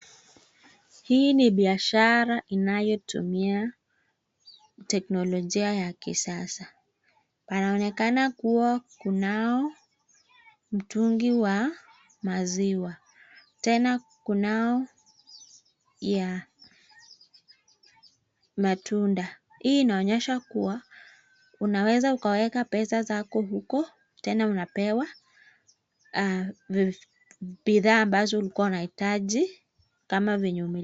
Hii ni biashara inayotumia teknolojia ya kisasa. Panaonekana kuwa kunao mtungi wa maziwa, tena kunao ya matunda. Hii inaonyesha kuwa unaweza ukaweka pesa zako huko, tena unapewa bidhaa ambazo ulikuwa unahitaji, kama venye